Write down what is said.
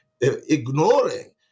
ignoring